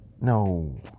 no